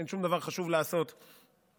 אין שום דבר חשוב לעשות בכנסת.